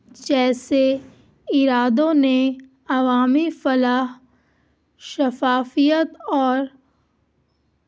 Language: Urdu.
جیسے ارادوں نے عوامی فلاح شفافیت اور